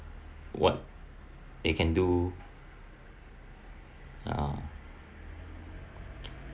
what they can do ah